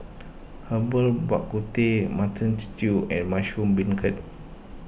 Herbal Bak Ku Teh Mutton Stew and Mushroom Beancurd